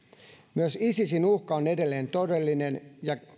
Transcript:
myös isisin uhka on edelleen todellinen ja